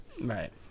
right